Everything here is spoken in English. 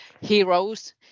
Heroes